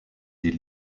des